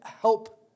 help